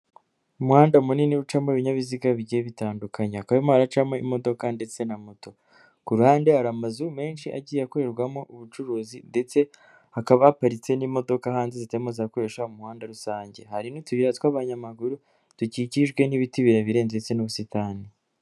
Umuhanda munini ucamo ibinyabiziga bigiye bitandukanye, hakaba harimo haracamo imodoka ndetse na moto, ku ruhande hari amazu menshi agiye akorerwamo ubucuruzi ndetse hakaba haparitse n'imodoka hanze zitarimo zirakoresha umuhanda rusange, hari n'utuyira tw'abanyamaguru dukikijwe n'ibiti birebire ndetse n'ubusitani.